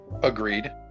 agreed